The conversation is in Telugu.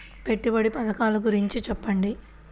పెట్టుబడి పథకాల గురించి చెప్పండి?